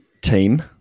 team